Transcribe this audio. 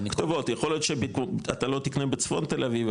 יכול להיות שאתה לא תקנה בצפון תל אביב,